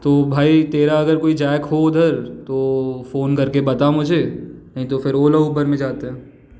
तो भाई तेरा अगर कोई जैक हो उधर तो फ़ोन करके बता मुझे नहीं तो फिर ओला ऊबर में जाते हैं